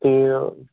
ते